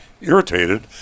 irritated